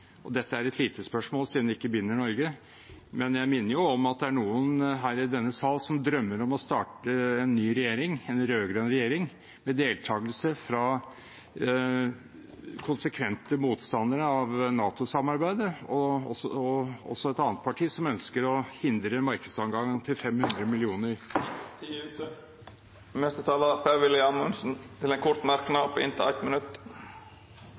Dette er et lite spørsmål, siden det ikke binder Norge, men jeg minner om at det er noen her i denne sal som drømmer om å danne en ny regjering, en rød-grønn regjering, med deltakelse fra konsekvente motstandere av NATO-samarbeidet, og også fra et annet parti, som ønsker å hindre markedsadgangen til 500 millioner. Tida er ute. Representanten Per Willy Amundsen har hatt ordet to gonger tidlegare og får ordet til ein kort merknad, avgrensa til 1 minutt.